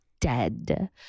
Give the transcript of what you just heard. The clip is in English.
dead